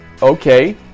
Okay